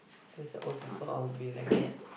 that's why old people all be like that